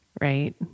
right